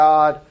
God